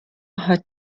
hat